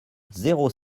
zéro